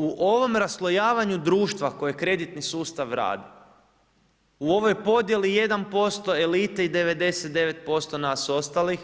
U ovom raslojavanju društva koje kreditni sustav radi, u ovoj podjeli 1% elite i 99% nas ostalih